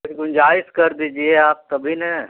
कोई गुंजाइश कर दीजिए आप तभी ना